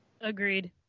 Agreed